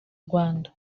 rwanda